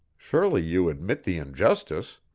surely you admit the injustice?